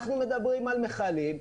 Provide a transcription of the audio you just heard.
אנחנו מדברים על מכלים.